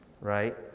Right